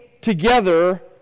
together